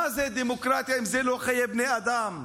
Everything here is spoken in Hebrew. מה זו דמוקרטיה אם לא חיי בני אדם?